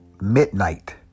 midnight